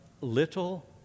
little